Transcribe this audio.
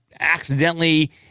accidentally